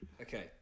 Okay